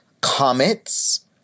comets